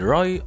Roy